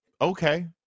Okay